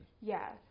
Yes